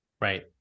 Right